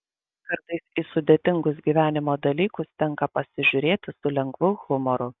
kartais į sudėtingus gyvenimo dalykus tenka pasižiūrėti su lengvu humoru